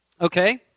Okay